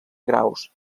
graus